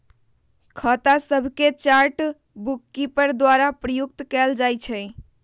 खता सभके chart bookkeeper द्वारा प्रयुक्त कएल जाइ छइ